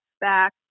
back